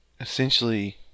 essentially